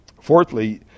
Fourthly